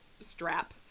strap